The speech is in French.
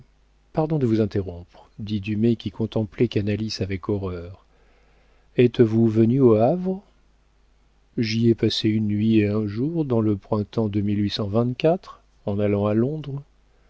pardon de vous interrompre dit dumay qui contemplait canalis avec horreur êtes-vous venu au havre j'y ai passé une nuit et un jour dans le printemps de en allant à londres